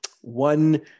one